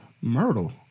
Myrtle